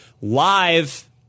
live